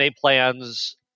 plans